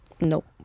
Nope